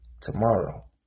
tomorrow